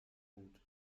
gut